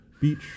Beach